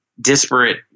disparate